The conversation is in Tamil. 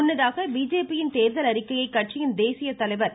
முன்னதாக பிஜேபியின் தேர்தல் அறிக்கையை கட்சியின் தேசிய தலைவர் திரு